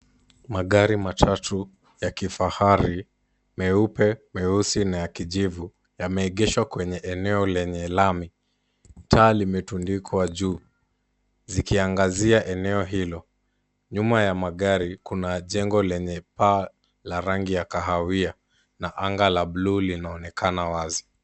Magari matatu ya kifahari meupe, meusi na ya kijivu yameegeshwa kwenye eneo lenye lami. Taa limetundikwa juu zikiangazia eneo hilo nyuma ya magari kuna jengo lenye paa la rangi kahawai na anga la bluu linaonekana wazi.